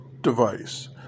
device